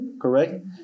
correct